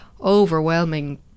overwhelming